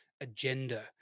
agenda